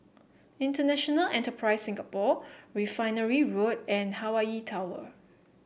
International Enterprise Singapore Refinery Road and Hawaii Tower